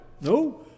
No